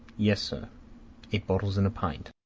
yes, sir eight bottles and a pint.